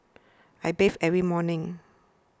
I bathe every morning